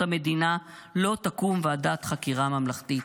המדינה לא תקום ועדת חקירה ממלכתית?